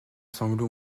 sanglots